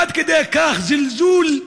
עד כדי כך זלזול,